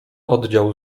oddział